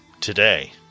today